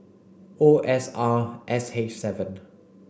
O S R X H seven